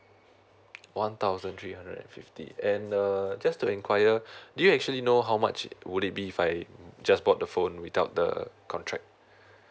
one thousand three hundred and fifty and the err just to inquire so do you actually know how much it would it be if I just bought the phone without the contract